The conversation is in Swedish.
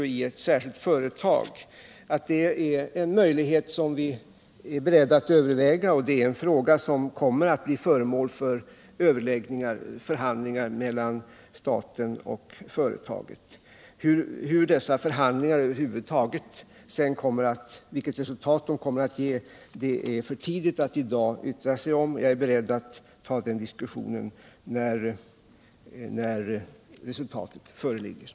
Detta här resulterat i att befolkningsminskningen i kommunerna inte kunnat förhindras. Skulle en fortsatt befolkningsutflyttning äga rum och då främst bland ungdomen, får detta ödesdigra konsekvenser.” Det är reaktionen från de kommuner som är berörda av den borgerliga regionalpolitiken. De anser inte att denna är sund.